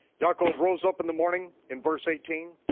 yaakov rose up in the morning in verse eighteen,